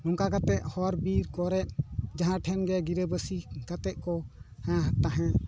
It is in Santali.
ᱱᱚᱝᱠᱟ ᱠᱟᱛᱮᱫ ᱦᱚᱨ ᱵᱤᱨ ᱠᱚᱨᱮᱫ ᱡᱟᱦᱟᱸᱴᱷᱮᱱ ᱜᱮ ᱜᱤᱨᱟᱹᱵᱟᱹᱥᱤ ᱠᱟᱛᱮᱫ ᱠᱚ ᱦᱮᱸ ᱛᱟᱦᱮᱸᱱ